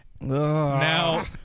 Now